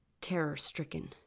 terror-stricken